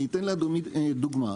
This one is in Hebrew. אני אתן לאדוני דוגמה,